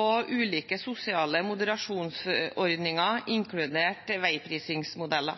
og ulike sosiale moderasjonsordninger, inkludert veiprisingsmodeller.